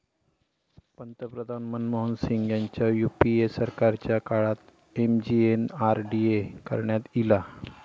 पंतप्रधान मनमोहन सिंग ह्यांच्या यूपीए सरकारच्या काळात एम.जी.एन.आर.डी.ए करण्यात ईला